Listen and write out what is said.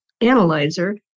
analyzer